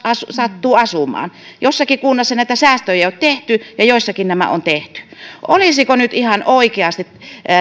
sattuu asumaan jossakin kunnassa näitä säästöjä ei ole tehty ja joissakin nämä on tehty olisiko nyt ihan oikeasti